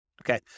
Okay